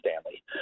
Stanley